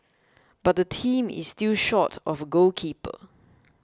but the team is still short of a goalkeeper